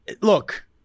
look